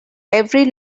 every